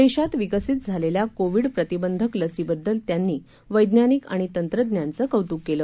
देशात विकसित झालेल्या कोविड प्रतिबंधक लसीबद्दल त्यांनी वज्ञानिक आणि तंत्रज्ञांचं कौत्क केलं